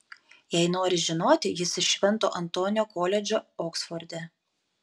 jei nori žinoti jis iš švento antonio koledžo oksforde